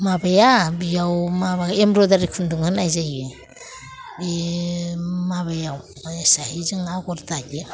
माबाया बियाव माबा एम्ब्रइदारि खुन्दुं होनाय जायो बे माबायाव बे हिसाबै जों आगर दायो